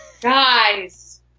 Guys